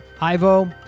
Ivo